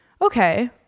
okay